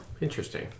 Interesting